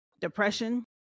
depression